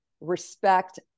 respect